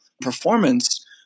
performance